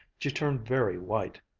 she turned very white.